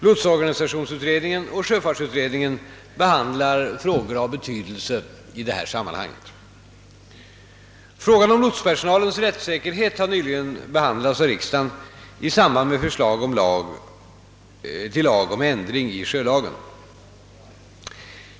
Lotsorganisationsutredningen och sjöfartsutredningen handlägger frågor av betydelse i detta sammanhang. Frågan om lotspersonalens rättssäkerhet har nyligen behandlats av riksdagen i samband med förslag till lag om ändring i sjölagen.